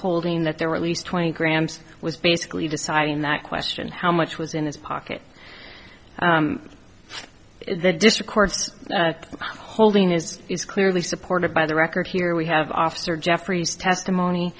holding that there were at least twenty grams was basically deciding that question how much was in this pocket the district court's holding is is clearly supported by the record here we have officer jeffrey's testimony